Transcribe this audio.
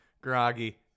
groggy